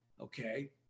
okay